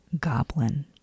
goblin